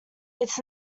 its